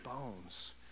bones